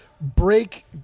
break